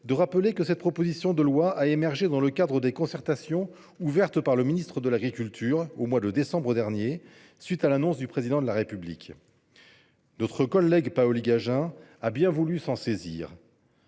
de rappeler que cette proposition de loi a émergé dans le cadre des concertations ouvertes par le ministre de l’agriculture au mois de décembre dernier, à la suite de l’annonce du Président de la République. Notre collègue Vanina Paoli Gagin a bien voulu se saisir